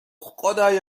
خدای